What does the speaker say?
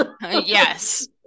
Yes